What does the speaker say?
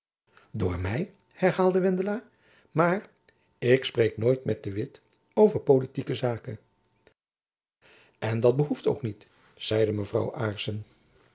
door my herhaalde wendela maar ik spreek nooit met de witt over politieke zaken en dat behoeft ook niet zeide mevrouw